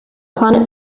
planet